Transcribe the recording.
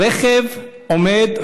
רכב עומד,